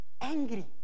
angry